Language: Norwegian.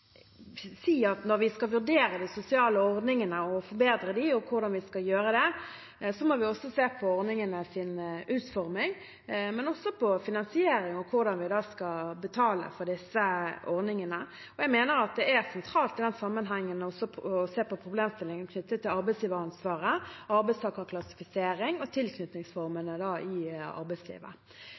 si at når vi skal vurdere de sosiale ordningene og forbedre dem, og vurdere hvordan vi skal gjøre det, må vi se på ordningenes utforming og også på finansiering og hvordan vi da skal betale for disse ordningene. Jeg mener det er sentralt i denne sammenhengen å se på problemstillinger knyttet til arbeidsgiveransvaret, arbeidstakerklassifisering og tilknytningsformene i arbeidslivet.